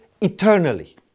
eternally